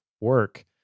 work